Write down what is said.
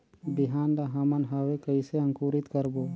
बिहान ला हमन हवे कइसे अंकुरित करबो?